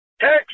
text